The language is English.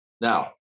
now